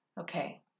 Okay